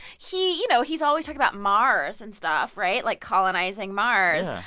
he you know, he's always talking about mars and stuff right? like, colonizing mars yeah.